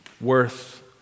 worth